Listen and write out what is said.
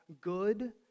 good